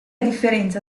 differenza